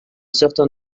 certain